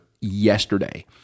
yesterday